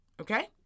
Okay